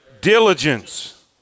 diligence